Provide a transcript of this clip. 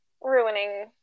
ruining